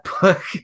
book